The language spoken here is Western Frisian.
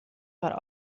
foar